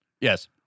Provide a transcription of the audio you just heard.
Yes